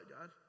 God